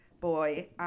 boy